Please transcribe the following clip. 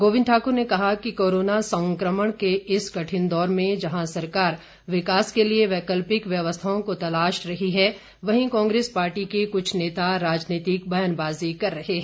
गोविंद ठाकुर ने कहा कि कोरोना संकमण के इस कठिन दौर में जहां सरकार विकास के लिए वैकल्पिक व्यवस्थाओं को तलाश रही है वहीं कांग्रेस पार्टी के कुछ नेता राजनीतिक बयानबाजी कर रहे हैं